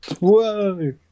Whoa